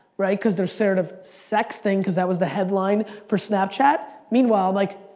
right, because they're scared of sexting, because that was the headline for snapchat. meanwhile, like,